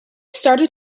started